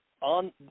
on